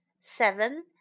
seven